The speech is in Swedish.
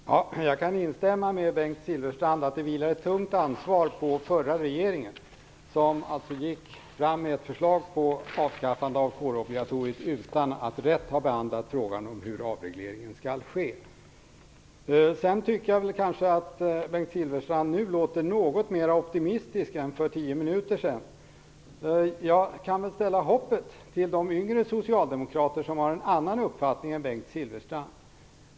Fru talman! Jag kan instämma med Bengt Silfverstrand att det vilar ett tungt ansvar på förra regeringen. Den gick fram med ett förslag på avskaffande av kårobligatoriet utan att på ett riktigt sätt ha behandlat frågan hur avregleringen skall ske. Sedan tycker jag att Bengt Silfverstrand nu låter något mer optimistisk än för tio minuter sedan. Jag kan väl ställa hoppet till de yngre socialdemokrater som har en annan uppfattning än Bengt Silfverstrand.